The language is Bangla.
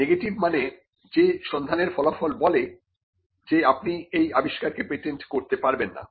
নেগেটিভ মানে যে সন্ধানের ফলাফল বলে যে আপনি এই আবিষ্কারকে পেটেন্ট করতে পারবেন না